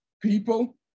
people